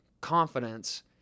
confidence